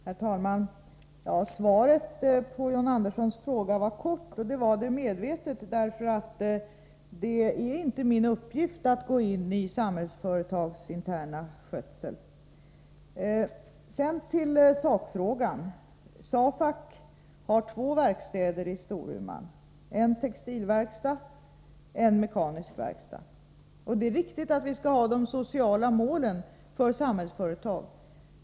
Herr talman! Svaret på John Anderssons fråga var kort, och det var medvetet, eftersom det inte är min uppgift att gå in i Samhällsföretags interna skötsel. Sedan till sakfrågan. SAFAC har två verkstäder i Storuman — en textilverkstad och en mekanisk verkstad. Det är riktigt att vi skall ha de sociala målen för Samhällsföretag.